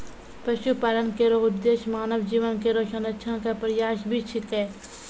पशुपालन केरो उद्देश्य मानव जीवन केरो संरक्षण क प्रयास भी छिकै